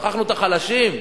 שכחנו את החלשים.